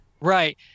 Right